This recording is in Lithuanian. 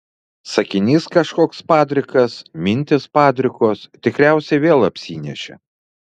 sakinys kažkoks padrikas mintys padrikos tikriausiai vėl apsinešė